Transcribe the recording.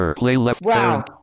Wow